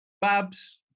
Babs